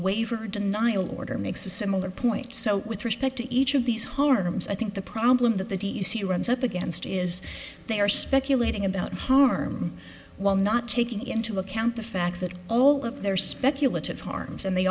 waiver denial order makes a similar point so with respect to each of these harms i think the problem that the t t c runs up against is they are speculating about harm while not taking into account the fact that all of their speculative harms and they